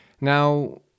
Now